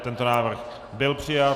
Tento návrh byl přijat.